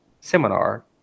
Seminar